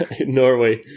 norway